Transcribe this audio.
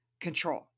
control